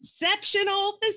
exceptional